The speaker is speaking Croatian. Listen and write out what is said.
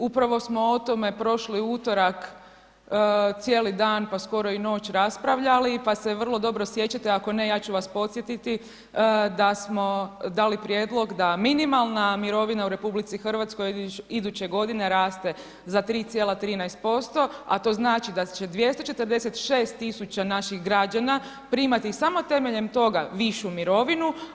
Upravo smo o tome prošli utorak cijeli dan, pa skoro i noć raspravljali pa se vrlo dobro sjećate, ako ne ja ću vas podsjetiti da smo dali prijedlog da minimalna mirovina u RH iduće godine raste za 3,13% a to znači da će 246 tisuća naših građana primati samo temeljem toga višu mirovinu.